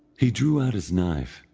he drew out his knife,